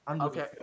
okay